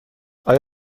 آیا